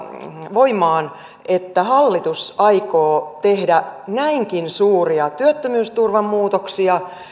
voimaan että hallitus aikoo tehdä näinkin suuria työttömyysturvan muutoksia